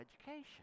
education